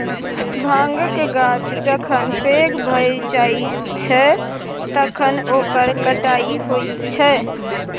भाँगक गाछ जखन पैघ भए जाइत छै तखन ओकर कटाई होइत छै